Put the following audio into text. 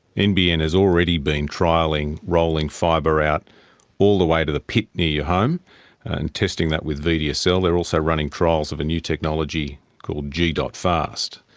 nbn has already been trailing rolling fibre out all the way to the pit near your home and testing that with vdsl. they're also running trials of a new technology called g. fast,